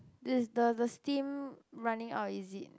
this the the the steam running out is it